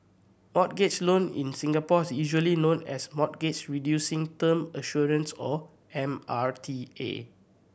mortgage loan in Singapore is usually known as Mortgage Reducing Term Assurance or M R T A